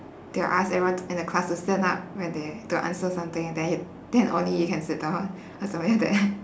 they'll ask everyone in the class to stand up when they to answer something then you then only you can sit down or something like that